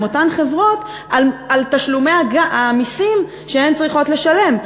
עם אותן חברות על תשלומי המסים שהן צריכות לשלם.